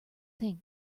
think